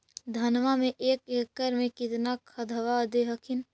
धनमा मे एक एकड़ मे कितना खदबा दे हखिन?